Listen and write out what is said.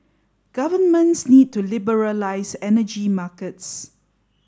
governments need to liberalise energy markets